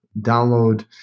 download